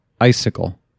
icicle